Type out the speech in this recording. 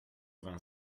vingt